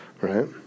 Right